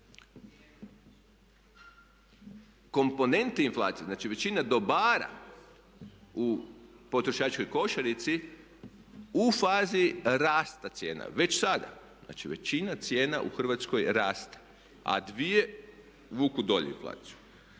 komponenti inflacije, znači većina dobara u potrošačkoj košarici u fazi rasta cijena, već sada. Znači, većina cijena u Hrvatskoj raste a 2 vuku dolje inflaciju.